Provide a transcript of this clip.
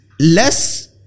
Less